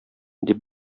дип